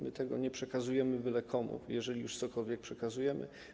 My tego nie przekazujemy byle komu, jeżeli już cokolwiek przekazujemy.